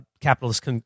capitalist